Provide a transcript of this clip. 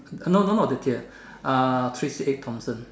no no no not the tier uh three six eight Thomson